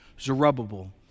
Zerubbabel